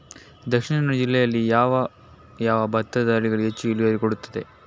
ದ.ಕ ಜಿಲ್ಲೆಯಲ್ಲಿ ಯಾವ ಯಾವ ಭತ್ತದ ತಳಿಗಳು ಹೆಚ್ಚು ಇಳುವರಿ ಕೊಡುತ್ತದೆ?